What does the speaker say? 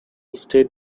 state